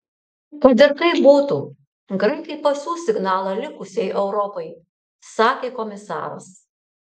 kad ir kaip būtų graikai pasiųs signalą likusiai europai sakė komisaras